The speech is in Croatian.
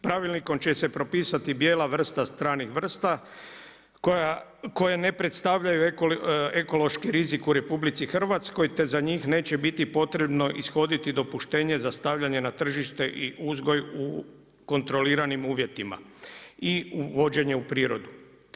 Pravilnikom će se propisati bijela vrsta stranih vrsta koje ne predstavljaju ekološki rizik u RH te za njih neće biti potrebno ishoditi dopuštenje za stavljanje na tržište i uzgoj u kontroliranim uvjetima i uvođenje u prirodu.